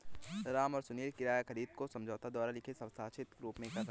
राम और सुनील किराया खरीद को समझौते द्वारा लिखित व हस्ताक्षरित रूप में कर रहे हैं